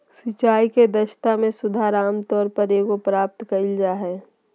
सिंचाई के दक्षता में सुधार आमतौर एगो में प्राप्त कइल जा हइ